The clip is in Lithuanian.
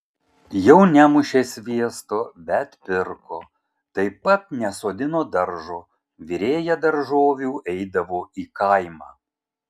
jau nemušė sviesto bet pirko taip pat nesodino daržo virėja daržovių eidavo į kaimą